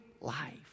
life